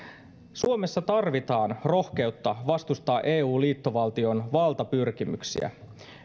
suomessa tarvitaan rohkeutta vastustaa eu liittovaltion valtapyrkimyksiä